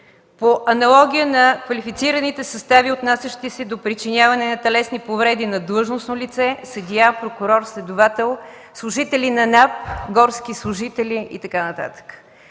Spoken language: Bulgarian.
по аналогия на квалифицираните състави, отнасящи се до причиняване на телесни повреди на длъжностно лице, съдия, прокурор, следовател, служители на НАП, горски служители и така